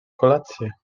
kolację